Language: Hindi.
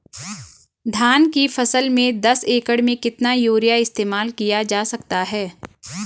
धान की फसल में दस एकड़ में कितना यूरिया इस्तेमाल किया जा सकता है?